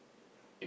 if you